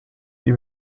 die